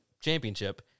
championship